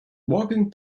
walking